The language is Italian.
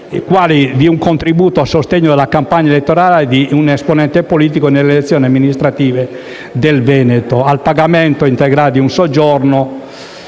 quali di un contributo a sostegno della campagna elettorale di un esponente politico nelle elezioni amministrative in Veneto e nel pagamento integrale di un soggiorno